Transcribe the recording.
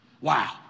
Wow